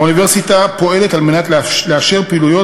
האוניברסיטה פועלת על מנת לאשר פעילויות,